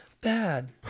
Bad